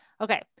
Okay